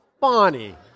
Bonnie